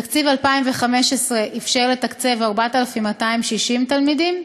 תקציב 2015 אפשר לתקצב 4,260 תלמידים.